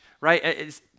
right